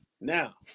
now